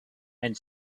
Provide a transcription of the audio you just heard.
and